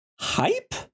hype